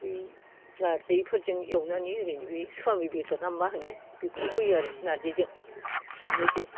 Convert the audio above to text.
बे नार्जिफोरजों एवनानै ओरैनो बे सवाबिन बेदरना मा होनो बेखौ होयो आरो नार्जिजों बेबायदि